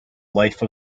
life